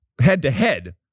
head-to-head